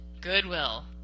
goodwill